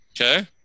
Okay